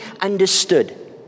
understood